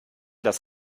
das